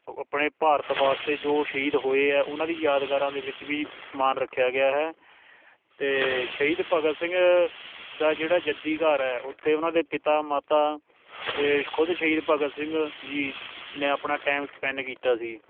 ਅ ਆਪਣੇ ਭਾਰਤ ਵਾਸਤੇ ਜੋ ਸ਼ਹੀਦ ਹੋਏ ਹੈ ਉਹਨਾਂ ਦੀ ਯਾਦਗਾਰਾਂ ਦੇ ਵਿੱਚ ਵੀ ਸਮਾਨ ਰੱਖਿਆ ਗਿਆ ਹੈ ਅਤੇ ਸ਼ਹੀਦ ਭਗਤ ਸਿੰਘ ਦਾ ਜਿਹੜਾ ਜੱਦੀ ਘਰ ਹੈ ਉੱਥੇ ਉਹਨਾਂ ਦੇ ਪਿਤਾ ਮਾਤਾ ਅਤੇ ਖੁਦ ਸ਼ਹੀਦ ਭਗਤ ਸਿੰਘ ਜੀ ਨੇ ਆਪਣਾ ਟਾਈਮ ਸਪੈਂਡ ਕੀਤਾ ਸੀ